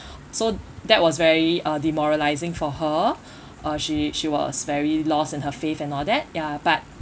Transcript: so that was very uh demoralising for her uh she she was very lost in her faith and all that ya but